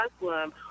Muslim